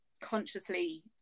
consciously